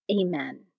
Amen